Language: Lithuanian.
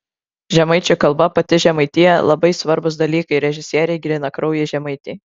žemaičių kalba pati žemaitija labai svarbūs dalykai režisierei grynakraujei žemaitei